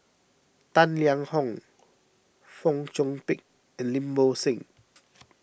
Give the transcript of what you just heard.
Tang Liang Hong Fong Chong Pik and Lim Bo Seng